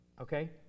okay